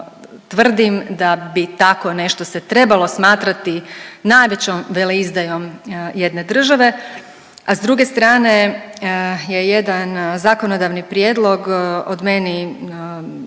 tvrdim da bi tako nešto se trebalo smatrati najvećom veleizdajom jedne države, a s druge strane je jedan zakonodavni prijedlog od meni